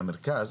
למרכז,